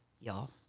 y'all